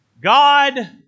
God